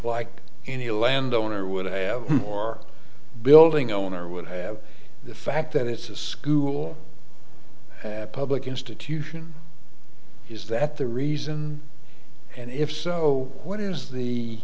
like any landowner would have or building owner would have the fact that it's a school public institution is that the reason and if so what is the